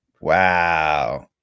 Wow